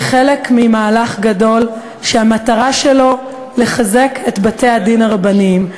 הצעת החוק היא חלק ממהלך גדול שמטרתו לחזק את בתי-הדין הרבניים.